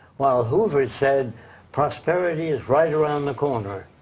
while hoover said prosperity is right around the corner.